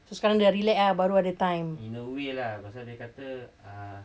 so sekarang dia dah relax ah baru ada time